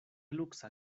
luksa